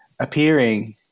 appearing